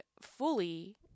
fully